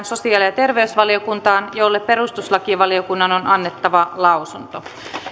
sosiaali ja terveysvaliokuntaan jolle perustuslakivaliokunnan on annettava lausunto